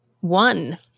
one